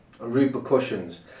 Repercussions